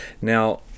now